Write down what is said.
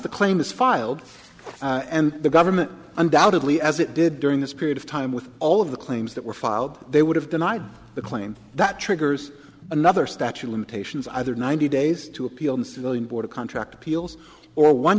the claim is filed and the government undoubtedly as it did during this period of time with all of the claims that were filed they would have denied the claim that triggers another statute limitations either ninety days to appeal to civilian board of contract appeals or one